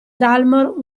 dalmor